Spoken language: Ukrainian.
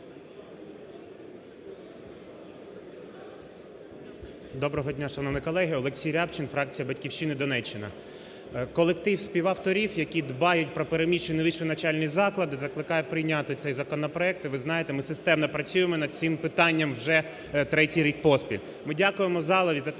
Доброго дня, шановні колеги! Олексій Рябчин, фракція "Батьківщина", Донеччина. Колектив співавторів, які дбають про переміщені вищі навчальні заклади, закликає прийняти цей законопроект. І ви знаєте, ми системно працюємо над цим питанням вже третій рік поспіль. Ми дякуємо залу за те, що минулого року